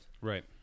Right